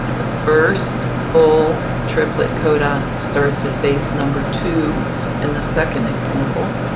the first full triplet codon starts at base number two in the second example.